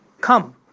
Come